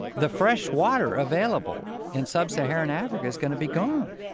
the fresh water available in sub-saharan africa is going to be gone,